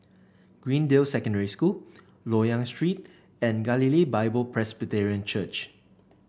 Greendale Secondary School Loyang Street and Galilee Bible Presbyterian Church